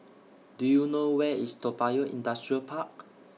Do YOU know Where IS Toa Payoh Industrial Park